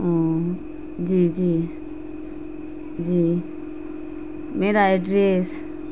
جی جی جی میرا ایڈریس